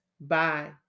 Bye